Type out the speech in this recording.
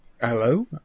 Hello